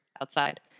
outside